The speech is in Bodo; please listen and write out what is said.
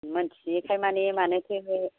मोनथियैखाय माने मानोथो